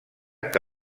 que